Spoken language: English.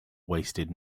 wasted